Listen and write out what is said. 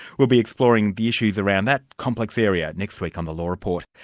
we'll be exploring the issues around that complex area next week on the law report.